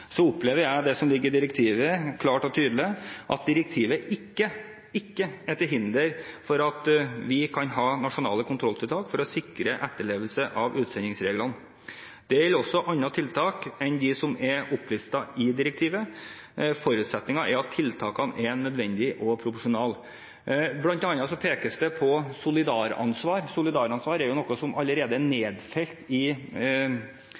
ligger i direktivet, at direktivet ikke er til hinder for at vi kan ha nasjonale kontrolltiltak for å sikre etterlevelse av utsendingsreglene. Det gjelder også andre tiltak enn de som er opplistet i direktivet. Forutsetningen er at tiltakene er nødvendige og proporsjonale. Blant annet pekes det på solidaransvar. Solidaransvar er jo noe som allerede er nedfelt i